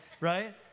right